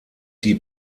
die